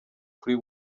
kuri